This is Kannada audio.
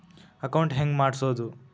ಅಕೌಂಟ್ ಹೆಂಗ್ ಮಾಡ್ಸೋದು?